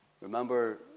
Remember